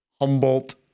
Humboldt